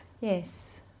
Yes